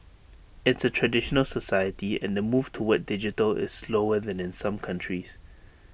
it's A traditional society and the move toward digital is slower than in some countries